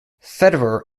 federer